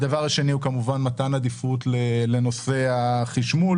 הדבר השני הוא מתן עדיפות לנושא החשמול,